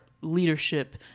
leadership